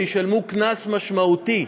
וישלמו קנס משמעותי.